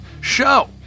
show